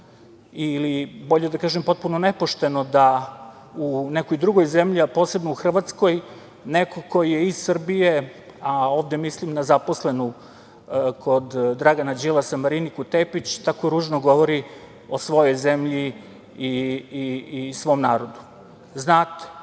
ili bolje da kažem potpuno nepošteno da u nekoj drugoj zemlji, a posebno u Hrvatskoj, neko ko je iz Srbije, a ovde mislim na zaposlenu kod Dragana Đilasa, Mariniku Tepić, tako ružno govori o svojoj zemlji i svom narodu. Znate,